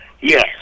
Yes